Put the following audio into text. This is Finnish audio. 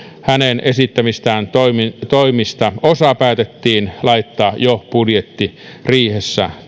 hänen esittämistään toimista toimista osa päätettiin laittaa jo budjettiriihessä